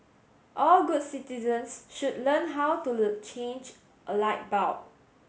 all good citizens should learn how to change a light bulb